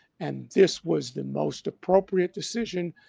and this was the most appropriate decision.